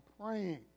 praying